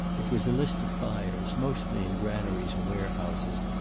it was a list of fires, mostly in granaries and warehouses,